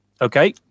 okay